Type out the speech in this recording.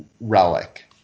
relic